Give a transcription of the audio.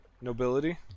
nobility